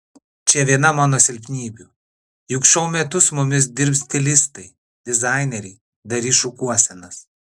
čia viena mano silpnybių juk šou metu su mumis dirbs stilistai dizaineriai darys šukuosenas